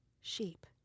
sheep